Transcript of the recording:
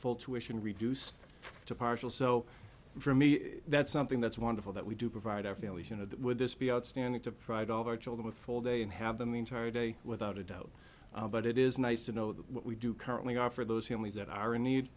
full tuition reduced to partial so for me that's something that's wonderful that we do provide our families you know with this be outstanding to provide all of our children with full day and have them the entire day without a doubt but it is nice to know that what we do currently offer those families that are in need